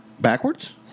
Backwards